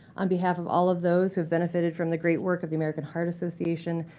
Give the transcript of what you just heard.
on behalf of all of those who've benefited from the great work of the american heart association,